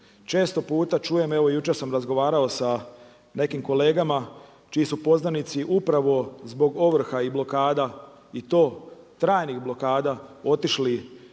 Često puta čuje, evo jučer sam razgovarao sa nekim kolegama čiji su poznanici upravo zbog ovrha i blokada i to trajnih blokada otišli